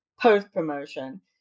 post-promotion